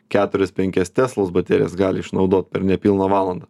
keturias penkias teslos baterijas gali išnaudot per nepilną valandą